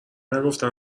نگفتم